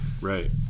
Right